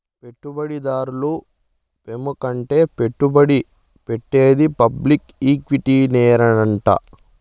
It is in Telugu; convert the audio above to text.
పెట్టుబడి దారులు పెముకంగా పెట్టుబడి పెట్టేది పబ్లిక్ ఈక్విటీలోనేనంట